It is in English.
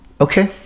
Okay